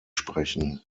sprechen